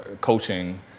coaching